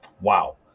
Wow